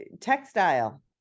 textile